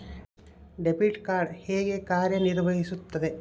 Debit card ಹೇಗೆ ಕಾರ್ಯನಿರ್ವಹಿಸುತ್ತದೆ?